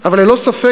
אבל ללא ספק,